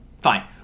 fine